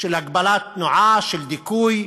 בהגבלת תנועה, בדיכוי,